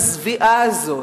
המזוויעה הזאת